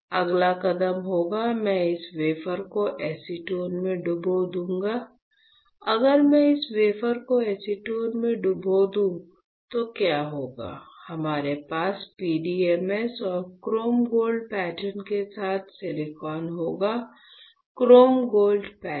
अगला कदम होगा मैं इस वेफर को एसीटोन में डुबो दूंगा अगर मैं इस वेफर को एसीटोन में डुबो दूं तो क्या होगा हमारे पास PDMS और क्रोम गोल्ड पैटर्न के साथ सिलिकॉन होगा क्रोम गोल्ड पैटर्न